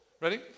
Ready